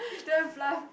don't have plum